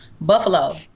Buffalo